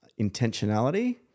intentionality